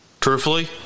Truthfully